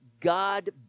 God